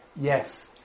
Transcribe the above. Yes